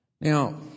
Now